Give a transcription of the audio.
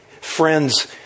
Friends